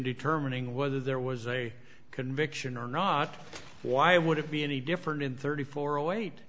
determining whether there was a conviction or not why would it be any different in thirty four await